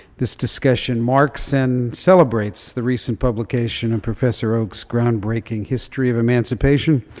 this discussion marks and celebrates the recent publication of professor oakes' groundbreaking history of emancipation,